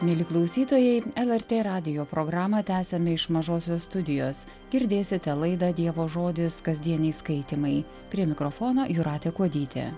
mieli klausytojai lrt radijo programą tęsiame iš mažosios studijos girdėsite laidą dievo žodis kasdieniai skaitymai prie mikrofono jūratė kuodytė